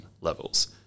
levels